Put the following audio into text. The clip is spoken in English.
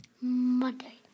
Monday